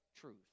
truth